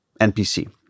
NPC